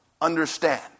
Understand